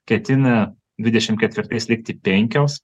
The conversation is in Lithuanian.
ketina dvidešimt ketvirtais likti penkios